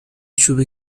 چوب